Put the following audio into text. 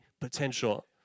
potential